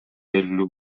белгилүү